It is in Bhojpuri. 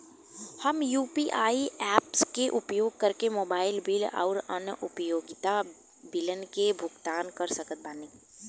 हम यू.पी.आई ऐप्स के उपयोग करके मोबाइल बिल आउर अन्य उपयोगिता बिलन के भुगतान कर सकत बानी